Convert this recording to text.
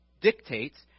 dictates